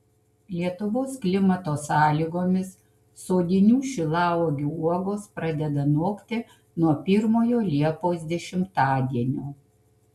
lietuvos klimato sąlygomis sodinių šilauogių uogos pradeda nokti nuo pirmojo liepos dešimtadienio